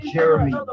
Jeremy